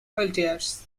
walters